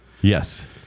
Yes